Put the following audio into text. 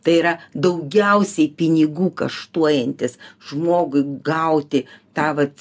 tai yra daugiausiai pinigų kaštuojantis žmogui gauti tą vat